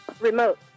remote